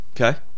Okay